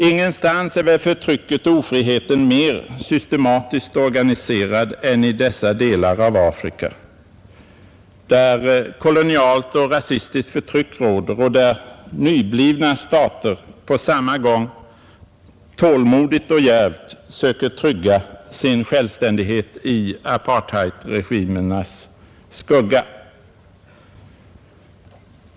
Ingenstädes är väl förtrycket och ofriheten mer systematiskt organiserad än i dessa delar av Afrika, där kolonialt och rasistiskt förtryck råder och där nyblivna stater på samma gång tålmodigt och djärvt söker trygga sin självständighet i apartheidregimernas skugga.